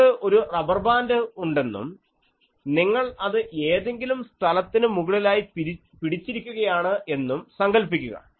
നിങ്ങൾക്ക് ഒരു റബ്ബർബാൻഡ് ഉണ്ടെന്നും നിങ്ങൾ അത് ഏതെങ്കിലും സ്ഥലത്തിന് മുകളിലായി പിടിച്ചിരിക്കുകയാണ് എന്നും സങ്കൽപ്പിക്കുക